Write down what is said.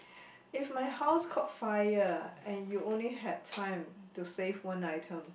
if my house caught fire and you only had time to save one item